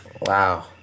Wow